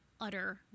utter